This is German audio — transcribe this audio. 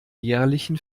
jährlichen